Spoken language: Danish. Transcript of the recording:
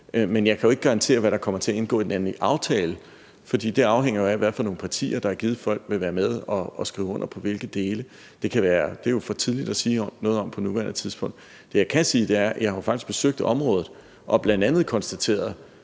Men jeg kan jo ikke garantere, hvad der kommer til at indgå i den endelige aftale, for det afhænger af, hvad for nogle partier der i givet fald vil være med og skrive under, og hvilke dele de vil skrive under på. Det er for tidligt at sige noget om på nuværende tidspunkt. Det, jeg kan sige, er, at jeg faktisk har besøgt området og bl.a. konstateret